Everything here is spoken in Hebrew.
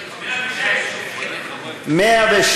106. 102,